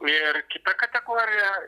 ir kita kategorija